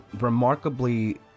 remarkably